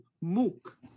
Mook